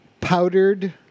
powdered